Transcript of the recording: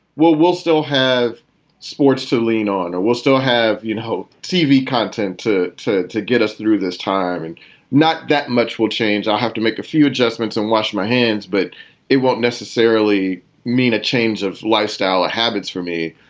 well, we'll still have sports to lean on or we'll still have, you know, tv content to to get us through this time and not that much will change. i have to make a few adjustments and wash my hands, but it won't necessarily mean a change of lifestyle habits for me.